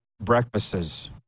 breakfasts